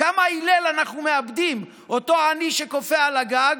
כמה הלל אנחנו מאבדים, אותו עני שקופא על הגג,